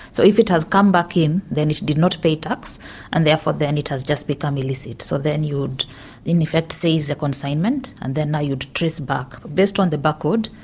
so if it has come back in then it did is not pay tax and therefore then it has just become illicit, so then you would in effect seize the consignment and then you'd trace back, based on the barcode,